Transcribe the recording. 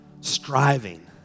striving